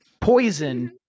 poison